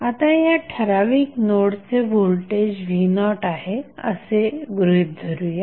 आता या ठराविक नोडचे व्होल्टेज v0आहे असे गृहीत धरू या